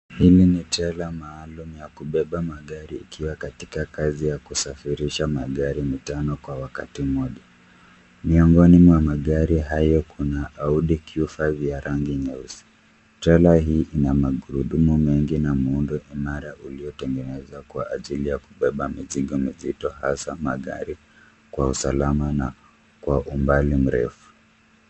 Hii trela maalum ya kupepa magari ikiwa katika kazi ya kusafirisha magari mitano kwa wakati mmoja miongoni ya magari hayo kuna Audi Q5 ya rangi nyeusi, trale ii ina magurudumu mingi na miundo imara iliotengenezwa kwa ajili ya kupepa mizigo mizito hasa magari kwa usalama na umbali mrefu.